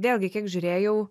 vėlgi kiek žiūrėjau